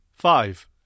Five